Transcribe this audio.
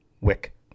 Wick